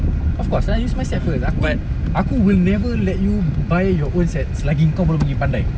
of course lah use my set first aku aku will never let you buy your own set selagi engkau belum lagi pandai